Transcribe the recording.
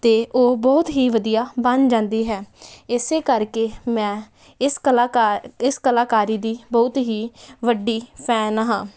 ਅਤੇ ਉਹ ਬਹੁਤ ਹੀ ਵਧੀਆ ਬਣ ਜਾਂਦੀ ਹੈ ਇਸੇਕਰਕੇ ਮੈਂ ਇਸ ਕਲਾਕਾਰ ਇਸ ਕਲਾਕਾਰੀ ਦੀ ਬਹੁਤ ਹੀ ਵੱਡੀ ਫੈਨ ਹਾਂ